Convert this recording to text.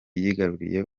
yigaruriye